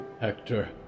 Hector